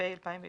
התש"ף-2020